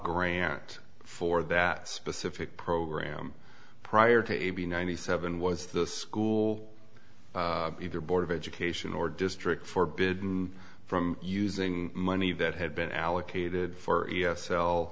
grant for that specific program prior to a b ninety seven was the school either board of education or district forbidden from using money that had been allocated for e